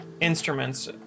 instruments